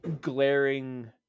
glaring